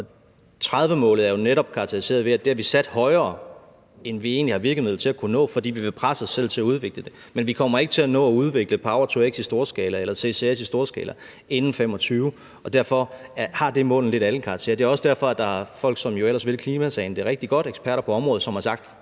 2030-målet er jo netop karakteriseret ved, at vi har sat det højere, end vi egentlig har virkemidler til at nå, fordi vi vil presse os selv til at udvikle det. Men vi kommer ikke til at nå at udvikle Power-to-X i storskala eller CCS i storskala inden 2025. Derfor har det mål en lidt anden karakter, og det er også derfor, at der er folk, som jo ellers vil klimasagen det rigtig godt, eksperter på området, som har sagt,